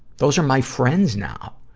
those are my friends now.